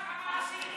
רק המעשי.